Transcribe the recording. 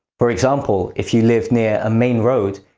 for example if you live near a main road,